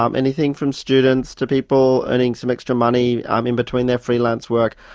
um anything from students to people earning some extra money um in between their freelance work,